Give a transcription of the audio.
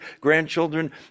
grandchildren